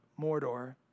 Mordor